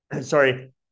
sorry